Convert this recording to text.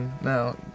Now